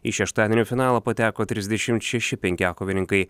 į šeštadienio finalą pateko trisdešimt šeši penkiakovininkai